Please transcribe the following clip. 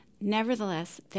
Nevertheless